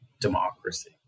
democracy